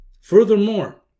furthermore